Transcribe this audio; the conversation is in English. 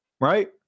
right